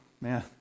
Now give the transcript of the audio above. man